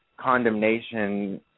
Condemnation